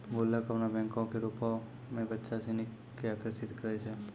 गुल्लक अपनो बैंको के रुपो मे बच्चा सिनी के आकर्षित करै छै